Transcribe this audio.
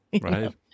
Right